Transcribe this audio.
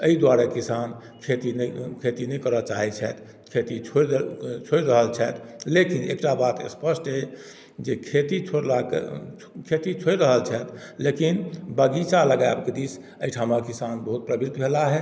अइ दुआरे किसान खेती नहि खेती नहि करऽ चाहय छथि खेती छोड़ि रऽ छोड़ि रहल छथि लेकिन एकटा बात स्पष्ट अछि जे खेती छोड़लाके खेती छोड़ि रहल छथि लेकिन बगीचा लगायब दिस अइ ठामक किसान बहुत प्रवृत्त भेला हइ